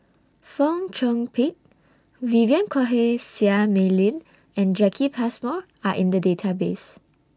Fong Chong Pik Vivien Quahe Seah Mei Lin and Jacki Passmore Are in The Database